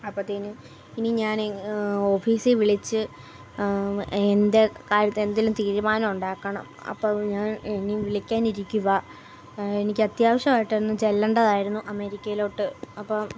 അപ്പത്തേനും ഇനി ഞാൻ ഓഫീസിൽ വിളിച്ച് എൻ്റെ കാര്യത്തി എന്തെങ്കിലും തീരുമാനം ഉണ്ടാക്കണം അപ്പോൾ ഞാൻ ഇനി വിളിക്കാൻ ഇരിക്കുവാണ് എനിക്ക് അത്യാവശ്യവായിട്ട് ഒന്ന് ചെല്ലേണ്ടതായിരുന്നു അമേരിക്കയിലോട്ട് അപ്പോൾ